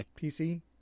PC